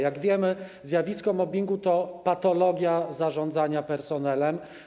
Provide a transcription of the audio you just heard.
Jak wiemy, zjawisko mobbingu to patologia zarządzania personelem.